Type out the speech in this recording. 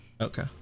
okay